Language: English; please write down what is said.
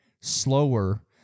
slower